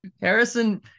Harrison